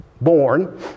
born